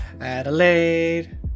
Adelaide